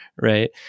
right